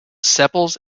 sepals